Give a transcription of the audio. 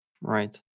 Right